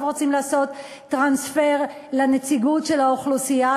רוצים לעשות טרנספר לנציגות של האוכלוסייה,